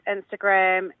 Instagram